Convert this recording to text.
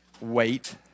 Wait